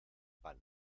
pan